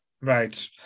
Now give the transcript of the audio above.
right